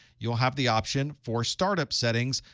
you'll have the option for startup settings,